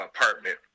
apartment